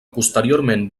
posteriorment